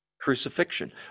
crucifixion